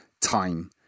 time